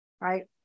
right